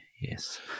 yes